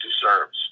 deserves